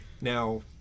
Now